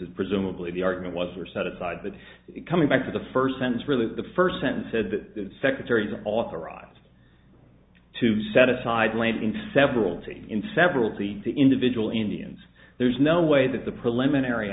as presumably the argument was were set aside but coming back to the first sentence really the first sentence said the secretary is authorized to set aside land in several cities in several of the individual indians there's no way that the preliminary